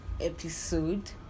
episode